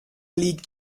league